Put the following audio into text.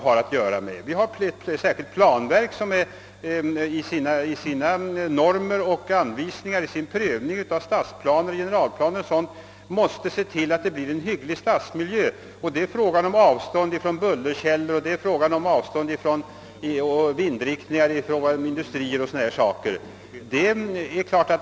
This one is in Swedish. Det finns ett särskilt planverk som i sina normer och anvisningar och vid sin prövning av stadsplaner, generalplaner o. d. måste se till att stadsmiljön blir god. Det gäller avstånd från bullerkällor, vindriktningar då det gäller industrier m.m.